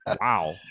wow